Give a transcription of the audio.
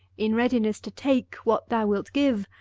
in readiness to take what thou wilt give,